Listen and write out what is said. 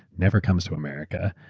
never comes to america.